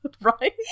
Right